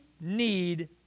need